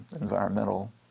environmental